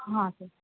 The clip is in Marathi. हां सर